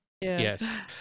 Yes